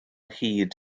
hyd